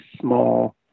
small